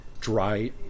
dry